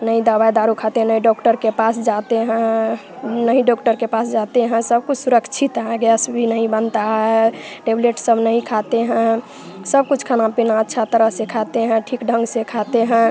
न ही दवा दारू खाते हैं न ही डॉक्टर के पास जाते हैं नहीं डॉक्टर के पास जाते हैं सब कुछ सुरक्षित हैं गैस भी नहीं बनता है टैबलेट सब नहीं खाते हैं सब कुछ खाना पीना अच्छा तरह से खाते हैं ठीक ढंग से खाते हैं